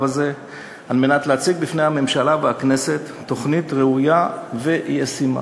הזה כדי להציג בפני הממשלה והכנסת תוכנית ראויה וישימה.